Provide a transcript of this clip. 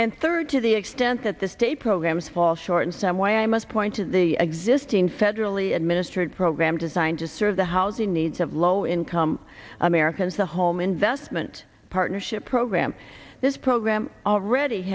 and third to the extent that the state programs fall short in some way i must point to the existing federally administered program designed to serve the housing needs of low income americans the home investment partnership program this